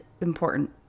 important